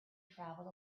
traveled